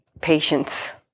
patience